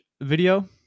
video